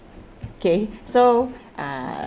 okay so uh